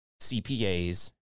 CPAs